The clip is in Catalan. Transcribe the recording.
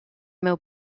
meu